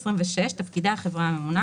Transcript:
"תפקידי החברה הממונה